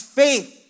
faith